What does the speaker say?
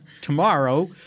tomorrow